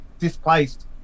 Displaced